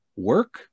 work